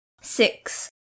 Six